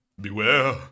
Beware